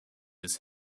his